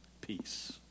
peace